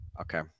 Okay